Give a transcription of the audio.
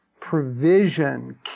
provision